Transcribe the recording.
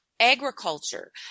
agriculture